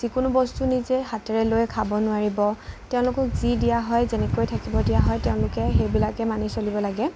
যিকোনো বস্তু নিজে হাতেৰে লৈ খাব নোৱাৰিব তেওঁলোকক যি দিয়া হয় যেনেকৈ থাকিব দিয়া হয় তেওঁলোকে সেইবিলাকেই মানি চলিব লাগে